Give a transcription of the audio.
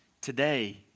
today